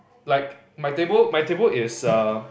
like my table my table is uh